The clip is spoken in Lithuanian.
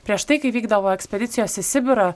prieš tai kai vykdavo ekspedicijos į sibirą